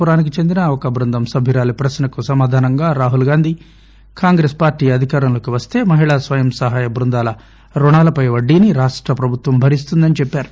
పురానికి చెందిన ఒక బృందం సభ్యురాలి ప్రశ్నకు సమాధానంగా రాహుల్గాంధీ కాంగ్రెస్ అధికారంలోకి వస్తే మహిళా స్వయం సహాయ బృందాల రుణాలపై వడ్డీని రాష్ట ప్రభుత్వం భరిస్తుందని చెప్పారు